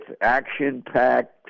action-packed